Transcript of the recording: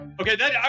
Okay